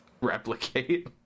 Replicate